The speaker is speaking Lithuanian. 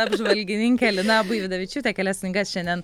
apžvalgininkė lina buividavičiūtė kelias knygas šiandien